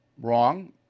wrong